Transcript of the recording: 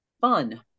Fun